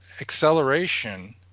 acceleration